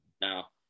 now